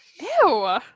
Ew